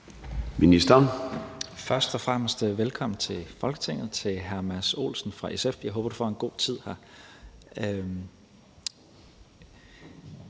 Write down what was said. Tesfaye): Først og fremmest vil jeg sige velkommen i Folketinget til hr. Mads Olsen fra SF. Jeg håber, at du får en god tid her.